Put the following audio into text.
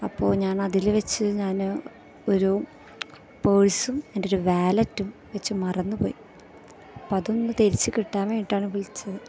അപ്പോൾ ഞാനതില് വെച്ച് ഞാന് ഒരു പേഴ്സും എൻ്റെ ഒരു വാലെറ്റും വെച്ച് മറന്നുപോയി അപ്പോൾ അതൊന്ന് തിരിച്ചു കിട്ടാൻ വേണ്ടിയിട്ടാണ് വിളിച്ചത്